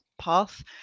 path